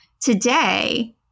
today